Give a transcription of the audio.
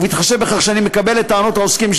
ובהתחשב בכך שאני מקבל את טענות העוסקים,